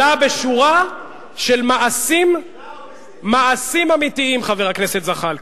אלא בשורה של מעשים אמיתיים, חבר הכנסת זחאלקה.